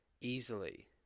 easily